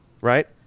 Right